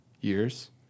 years